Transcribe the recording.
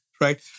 right